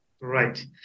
Right